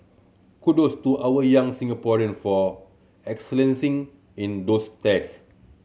kudos to our young Singaporean for excelling in those test